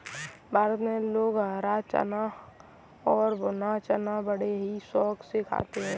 भारत में लोग हरा चना और भुना चना बड़े ही शौक से खाते हैं